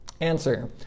Answer